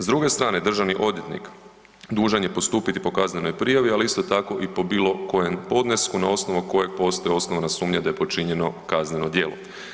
S druge strane, državni odvjetnik dužan je postupati po kaznenoj prijavi ali isto tako i po bilokojem podnesku na osnovu kojeg postoji osnovana sumnja da je počinjeno kazneno djelo.